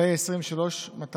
פ/280/23.